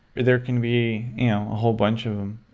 there can be a whole bunch of them.